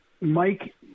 Mike